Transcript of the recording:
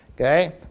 okay